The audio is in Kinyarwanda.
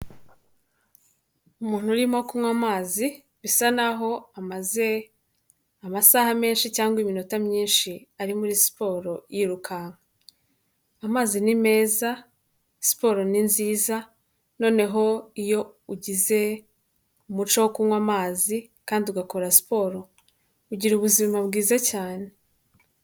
Umuntu urimo kunywa amazi bisa naho amaze amasaha menshi cyangwa iminota myinshi ari muri siporo yirukaka, amazi ni meza siporo ni nziza noneho iyo ugize umuco wo kunywa amazi kandi ugakora siporo ugira ubuzima bwiza cyane.